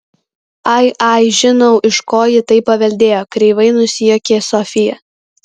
ai ai žinau iš ko ji tai paveldėjo kreivai nusijuokė sofija